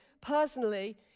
personally